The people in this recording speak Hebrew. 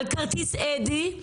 על כרטיס אדי,